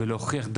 ולהוכיח,